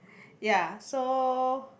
ya so